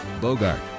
Bogart